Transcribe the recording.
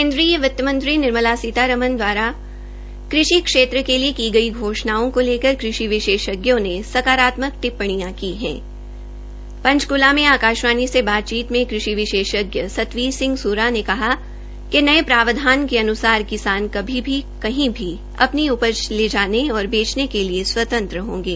केन्द्रीय वित्त मंत्री निर्मला सीतारमन द्वारा क्षेत्र के लिए की गई घोषणाओं को लेकर कृषि विशेषज्ञों ने सकारात्मक टिप्पणियां की हैं पंचकूला में आकाशवाणी से बातचीत में कृषि विशेषज्ञ सतवीर सिंह सूरा ने कहा कि नये प्रावधान के अनुसार किसान कभी भी कहीं भी अपने उपज ले जाने और बेचले के लिए स्वतंत्र होंगे